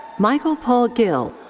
michael paul gill.